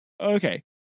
Okay